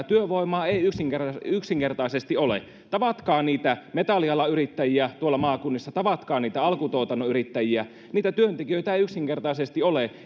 työvoimaa ei yksinkertaisesti ole tavatkaa niitä metallialan yrittäjiä tuolla maakunnissa tavatkaa niitä alkutuotannon yrittäjiä niitä työntekijöitä ei yksinkertaisesti ole